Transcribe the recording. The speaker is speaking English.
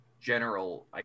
general